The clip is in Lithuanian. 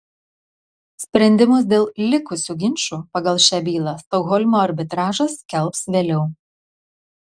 sprendimus dėl likusių ginčų pagal šią bylą stokholmo arbitražas skelbs vėliau